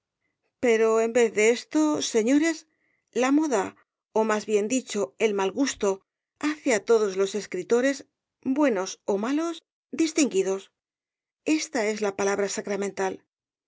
pero en vez de esto señores la moda ó más bien dicho el mal gusto hace á todos los escritores buenos ó malos distinguidos esta es la palabra sacramental